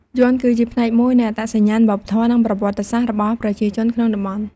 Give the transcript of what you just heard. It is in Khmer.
យ័ន្ត គឺជាផ្នែកមួយនៃអត្តសញ្ញាណវប្បធម៌ និងប្រវត្តិសាស្ត្ររបស់ប្រជាជនក្នុងតំបន់។